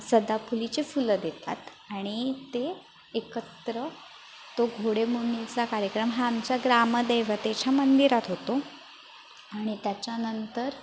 सदाफुलीची फुलं देतात आणि ते एकत्र तो घोडेमोडणीचा कार्यक्रम आमच्या ग्रामदेवतेच्या मंदिरात होतो आणि त्याच्यानंतर